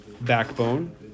backbone